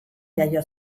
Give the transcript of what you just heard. jaio